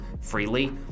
freely